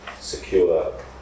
secure